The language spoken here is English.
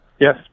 Yes